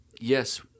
yes